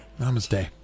Namaste